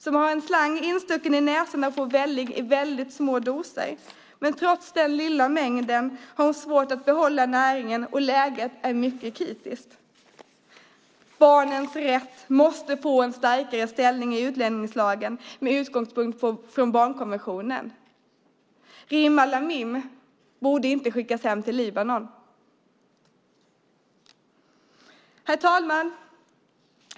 Hon får välling genom en slang i väldigt små doser, men trots den lilla mängden har hon svårt att behålla näringen. Läget är mycket kritiskt. Barnens rätt måste få en starkare ställning i utlänningslagen med utgångspunkt från barnkonventionen. Rim Al Amin borde inte skickas hem till Libanon. Herr talman!